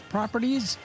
Properties